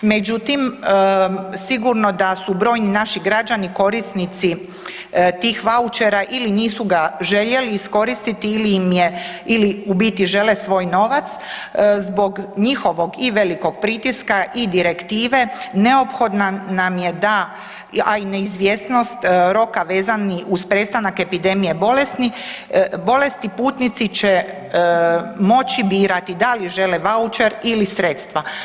Međutim, sigurno da su brojni naši građani korisnici tih vaučera ili nisu ga željeli iskoristiti ili im je, ili u biti žele svoj novac zbog njihovog i velikog pritiska i direktive neophodna nam je da, a i neizvjesnost roka vezani uz prestanak epidemije bolesti putnici će moći birati da li žele vaučer ili sredstva.